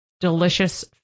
delicious